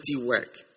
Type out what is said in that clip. work